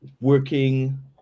working